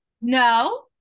No